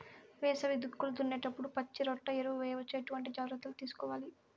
వేసవి దుక్కులు దున్నేప్పుడు పచ్చిరొట్ట ఎరువు వేయవచ్చా? ఎటువంటి జాగ్రత్తలు తీసుకోవాలి?